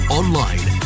online